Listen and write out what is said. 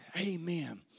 Amen